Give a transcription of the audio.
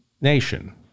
nation